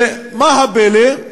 ומה הפלא?